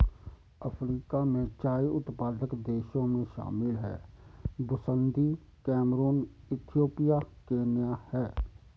Africa में चाय उत्पादक देशों में शामिल हैं बुसन्दी कैमरून इथियोपिया केन्या है